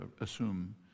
assume